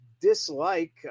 dislike